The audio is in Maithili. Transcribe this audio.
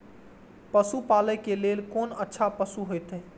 पशु पालै के लेल कोन अच्छा पशु होयत?